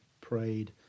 prayed